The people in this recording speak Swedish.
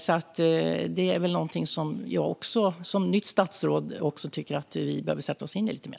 Detta är någonting som jag som nytt statsråd tycker att vi behöver sätta oss in i lite mer.